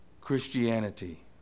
Christianity